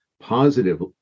positive